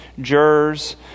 jurors